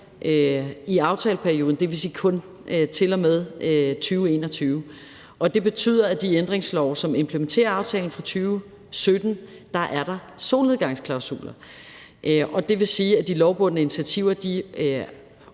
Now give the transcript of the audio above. i aftaleperioden, dvs. kun til og med 2021. Det betyder, at i de ændringslove, som implementerer aftalen fra 2017, er der solnedgangsklausuler. Det vil sige, at de lovbundne initiativer udgår